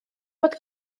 bod